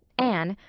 anne,